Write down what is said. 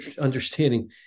understanding